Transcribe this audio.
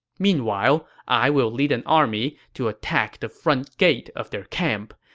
meanwhile, i will lead an army to attack the front gate of their camp.